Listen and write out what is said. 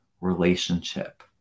relationship